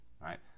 right